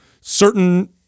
certain